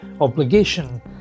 obligation